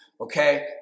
okay